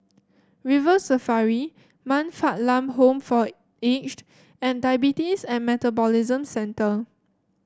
River Safari Man Fatt Lam Home for Aged and Diabetes and Metabolism Centre